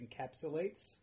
encapsulates